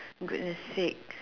goodness sake